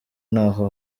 ntaho